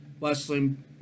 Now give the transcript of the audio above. wrestling